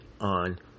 on